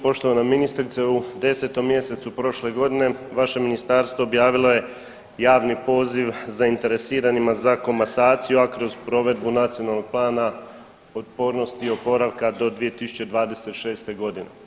Poštovana ministrice u 10 mjesecu prošle godine vaše ministarstvo objavilo je javni poziv zainteresiranima za komasaciju, a kroz provedbu Nacionalnog plana otpornosti i oporavka do 2026. godine.